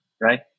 right